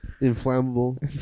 Inflammable